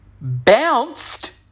bounced